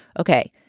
ok,